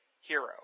Hero